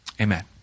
Amen